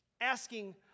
asking